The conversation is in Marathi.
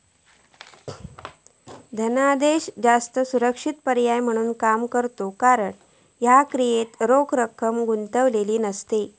धनादेश जास्त सुरक्षित पर्याय म्हणून काम करता कारण ह्या क्रियेत रोख रक्कम गुंतलेली नसता